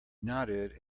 nodded